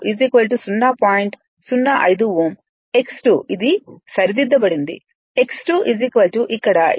05 Ω X2 ఇది సరిదిద్దబడింది X2 ఇక్కడ ఇది 0